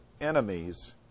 enemies